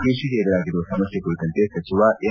ಕೃಷಿಗೆ ಎದುರಾಗಿರುವ ಸಮಸ್ಯೆ ಕುರಿತಂತೆ ಸಚಿವ ಎನ್